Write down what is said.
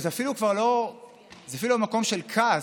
זה אפילו כבר לא מקום של כעס,